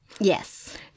Yes